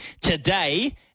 Today